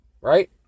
right